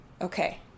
okay